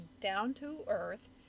down-to-earth